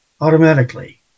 automatically